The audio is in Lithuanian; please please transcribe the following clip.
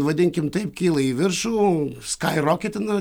vadinkim taip kyla į viršų skai roketina